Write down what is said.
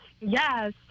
Yes